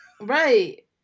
right